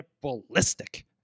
ballistic